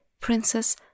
Princess